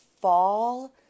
fall